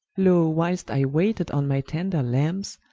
loe, whilest i wayted on my tender lambes,